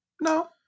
No